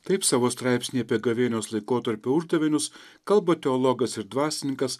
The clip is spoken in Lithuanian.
taip savo straipsny apie gavėnios laikotarpio uždavinius kalba teologas ir dvasininkas